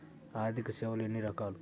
ఆర్థిక సేవలు ఎన్ని రకాలు?